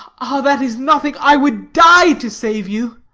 ah, that is nothing. i would die to save you.